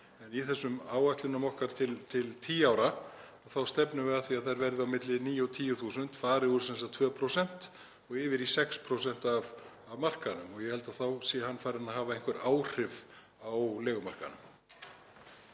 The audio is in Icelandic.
í þessum áætlunum okkar til tíu ára þá stefnum við að því að þær verði á milli 9.000–10.000, fari úr 2% og yfir í 6% af markaðnum og ég held að þá sé það farið að hafa einhver áhrif á leigumarkaðnum.